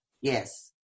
Yes